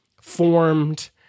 formed